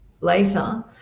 later